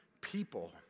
people